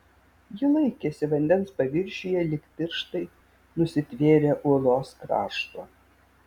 ji laikėsi vandens paviršiuje lyg pirštai nusitvėrę uolos krašto